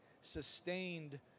sustained